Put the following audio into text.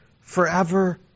forever